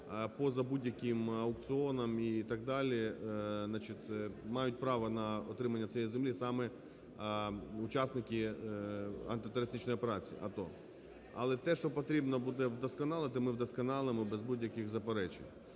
поза будь-яким аукціоном і так далі, значить, мають право на отримання цієї землі саме учасники антитерористичної операції, АТО. Але те, що потрібно буде вдосконалити, ми вдосконалимо без будь-яких заперечень.